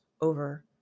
over